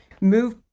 move